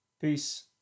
Peace